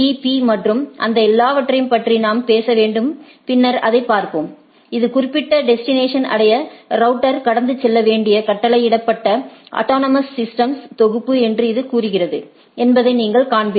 B மற்றும் அந்த எல்லாவற்றையும் பற்றி நாம் பேச வேண்டும் பின்னர் அதை பார்ப்போம் இது குறிப்பிட்ட டெஸ்டினேஷன் அடைய ரவுட்டர் கடந்து செல்ல வேண்டிய கட்டளையிடப்பட்ட ஆடோனோமோஸ் சிஸ்டம்ஸ்களின் தொகுப்பு என்று இது கூறுகிறது என்பதை நீங்கள் காண்பீர்கள்